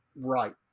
right